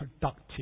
productive